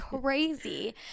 crazy